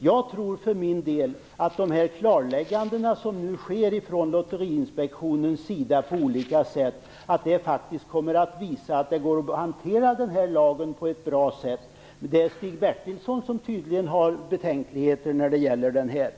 Jag tror för min del att de klarlägganden som nu görs från Lotteriinspektionen kommer att visa att det går att hantera lagen på ett bra sätt. Det är Stig Bertilsson som tydligen har betänkligheter i det här sammanhanget.